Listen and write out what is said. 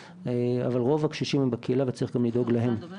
אבל רוב הקשישים הם בקהילה וצריך גם לדאוג להם.